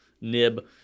nib